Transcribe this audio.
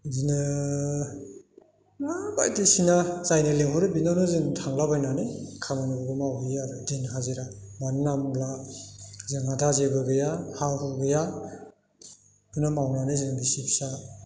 बिदिनो मा बायदिसिना जायनो लिंहरो बिनावनो जों थांला बायनानै खामानिफोरखौ मावहैयो आरो दिन हाजिरा मानो होनना बुंब्ला जोंहा दा जेबो गैया हा हु गैया बेखौनो मावनानै जों बिसि फिसा